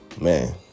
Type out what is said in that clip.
Man